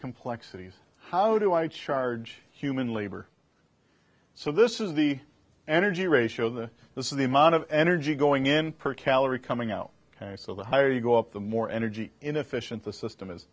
complexities how do i charge human labor so this is the energy ratio the this is the amount of energy going in per calorie coming out so the higher you go up the more energy inefficient the system is